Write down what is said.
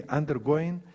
undergoing